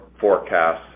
forecasts